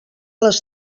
les